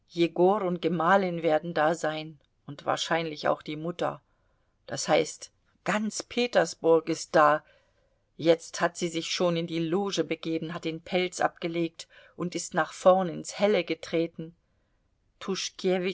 und gemahlin werden da sein und wahrscheinlich auch die mutter das heißt ganz petersburg ist da jetzt hat sie sich schon in die loge begeben hat den pelz abgelegt und ist nach vorn ins helle getreten